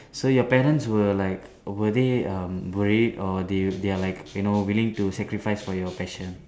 so your parents were like were they um worried or they they are like you know willing to sacrifice for your passion